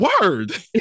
word